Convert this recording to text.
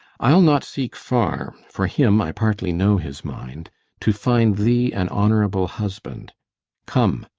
i'll not seek far for him, i partly know his mind to find thee an honourable husband come,